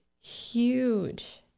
huge